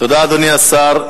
תודה, אדוני השר.